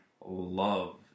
love